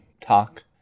talk